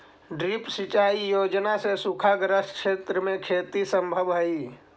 drip सिंचाई योजना से सूखाग्रस्त क्षेत्र में खेती सम्भव हइ